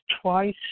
twice